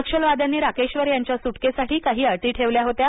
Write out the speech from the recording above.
नक्षलवाद्यांनी राकेश्वर यांच्या सुटकेसाठी काही अटी ठेवल्या होत्या